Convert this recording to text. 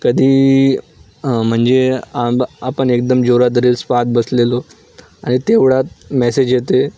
कधी म्हणजे आंब आपण एकदम जोरात रील्स पाहात बसलेलो आणि तेवढ्यात मेसेज येते